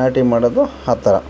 ನಾಟಿ ಮಾಡೋದು ಆ ಥರ